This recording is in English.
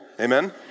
Amen